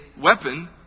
weapon